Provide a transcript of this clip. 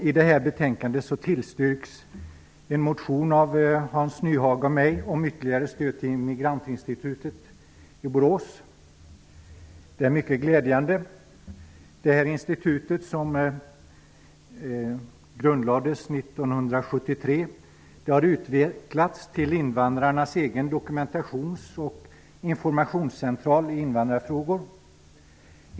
I detta betänkande tillstyrks en motion av Hans Nyhage och mig om ytterligare stöd till Immigrantinstitutet i Borås. Det är mycket glädjande. Detta institut grundlades 1973. Det har utvecklats till invandrarnas egen dokumentationsoch informationscentral när det gäller invandrarfrågor.